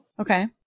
okay